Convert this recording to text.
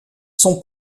son